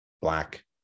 black